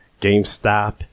GameStop